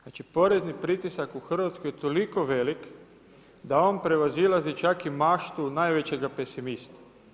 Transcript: Znači porezni pritisak u Hrvatskoj je toliko velik da on prevazilazi čak i maštu najvećega pesimista.